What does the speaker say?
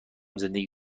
زندگی